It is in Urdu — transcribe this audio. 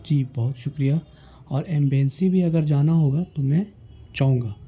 جی بہت شکریہ اور ایمبینسی بھی اگر جانا ہوگا تو میں چاہوں گا